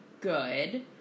good